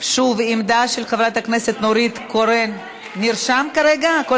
אחרת, שנייה.